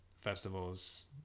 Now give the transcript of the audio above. festivals